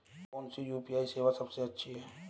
कौन सी यू.पी.आई सेवा सबसे अच्छी है?